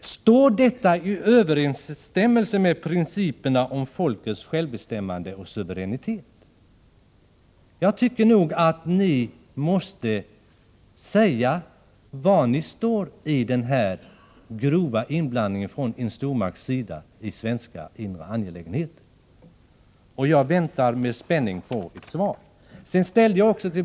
Står detta i överensstämmelse med principerna om folkens självbestämmande och suveränitet? Jag anser att ni måste säga hur ni förhåller er till denna grova inblandning från en stormakts sida i svenska inre angelägenheter. Jag väntar med spänning på ett svar.